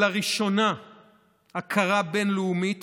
לראשונה הכרה בין-לאומית,